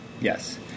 yes